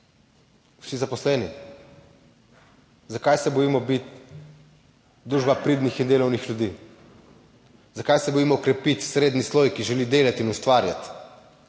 vsi zaposleni? Zakaj se bojimo biti družba pridnih in delovnih ljudi? Zakaj se bojimo krepiti srednji sloj, ki želi delati in ustvarjati?